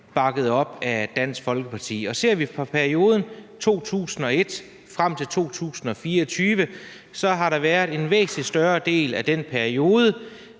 bakket op af Dansk Folkeparti, og ser vi på perioden fra 2001 frem til 2024, har der været en væsentlig større del af den periode,